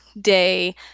day